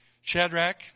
Shadrach